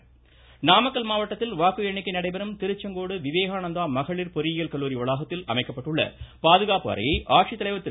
வாக்கு எண்ணும் மையம் நாமக்கல் மாவட்டத்தில் வாக்கு எண்ணிக்கை நடைபெறும் திருச்செங்கோடு விவேகானந்தா மகளிர் பொறியியல் கல்லூரி வளாகத்தில் அமைக்கப்பட்டுள்ள பாதுகாப்பு அறையை ஆட்சித்தலைவர் திரு